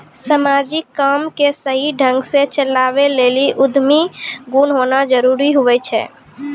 समाजिक काम के सही ढंग से चलावै लेली उद्यमी गुण होना जरूरी हुवै छै